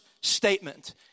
statement